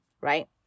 right